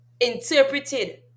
interpreted